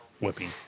whipping